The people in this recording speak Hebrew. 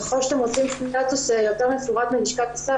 ככל שאתם רוצים סטטוס יותר מפורט מלשכת השר,